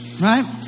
Right